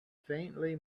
faintly